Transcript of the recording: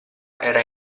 era